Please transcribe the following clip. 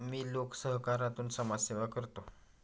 मी लोकसहकारातून समाजसेवा करतो